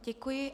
Děkuji.